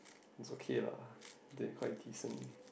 it's okay lah they quite teen so in